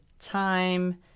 time